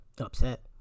upset